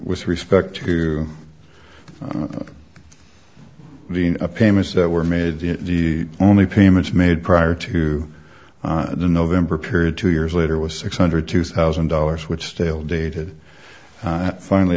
with respect to being a payments that were made the only payments made prior to the november period two years later was six hundred two thousand dollars which still dated and finally